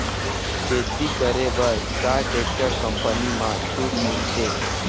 खेती करे बर का टेक्टर कंपनी म छूट मिलथे?